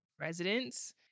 residents